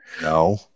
No